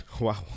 Wow